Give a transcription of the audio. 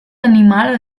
animal